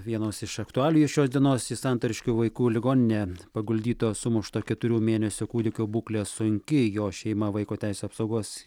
vienos iš aktualijų šios dienos į santariškių vaikų ligoninę paguldyto sumušto keturių mėnesių kūdikio būklė sunki jo šeima vaiko teisių apsaugos